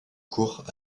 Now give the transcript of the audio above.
cours